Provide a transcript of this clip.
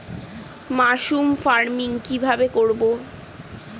Mushroom farming কি ভাবে করব?